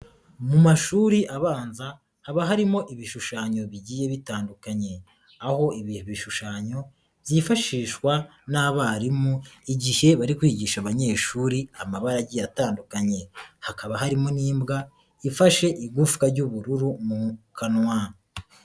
Mu mashuri abanza haba harimo ibishushanyo bigiye bitandukanye, aho ibi bishushanyo byifashishwa n'abarimu igihe bari kwigisha abanyeshuri amabara agiye atandukanye, hakaba harimo n'imbwa ifashe igufwa ry'ubururu mu kanwa.